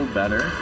better